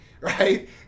right